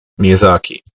Miyazaki